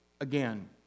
again